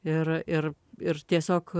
ir ir ir tiesiog